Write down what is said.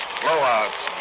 blowouts